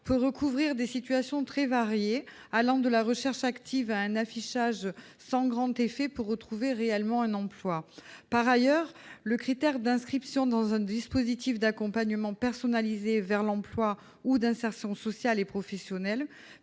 peut recouvrir des situations très variées, allant de la recherche active à un affichage sans grand effet pour retrouver réellement un emploi. Par ailleurs, le critère d'inscription dans un dispositif d'accompagnement personnalisé vers l'emploi ou d'insertion sociale et professionnelle